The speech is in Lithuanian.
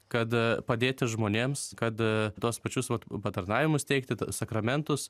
kad padėti žmonėms kad tuos pačius vat patarnavimus teikti t sakramentus